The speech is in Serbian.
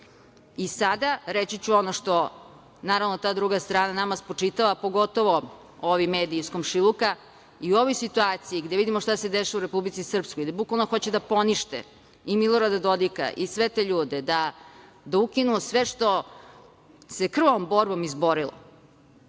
reći ću ono što naravno to druga strana nama spočitava, pogotovo ovi mediji iz komšiluka, i u ovoj situaciji gde vidimo šta se dešava u Republici Srpskoj gde bukvalno hoće da ponište i Milorada Dodika i sve te ljude, da ukinu sve što se krvavom borbom izborilo,